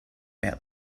about